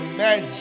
Amen